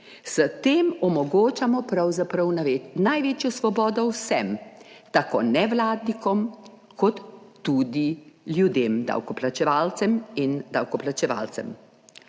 S tem omogočamo pravzaprav največjo svobodo vsem, tako nevladnikom, kot tudi ljudem, davkoplačevalcem in davkoplačevalcem.